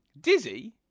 Dizzy